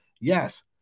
Yes